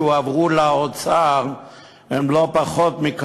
והם מסתירים את